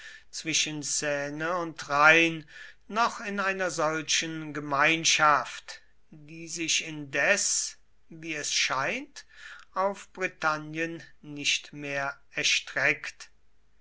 zwischen seine und rhein noch in einer solchen gemeinschaft die sich indes wie es scheint auf britannien nicht mehr erstreckt